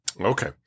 Okay